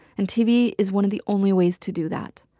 and tv is one of the only ways to do that.